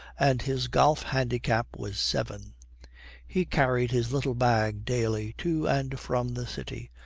and his golf handicap was seven he carried his little bag daily to and from the city,